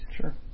sure